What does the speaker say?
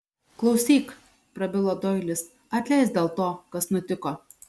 klausyk prabilo doilis atleisk dėl to kas nutiko